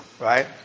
right